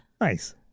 Nice